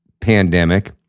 pandemic